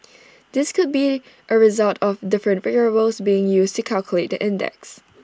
this could be A result of different variables being used to calculate the index